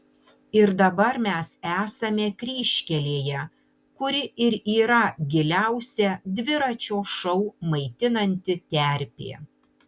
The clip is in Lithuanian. ir dabar mes esame kryžkelėje kuri ir yra giliausia dviračio šou maitinanti terpė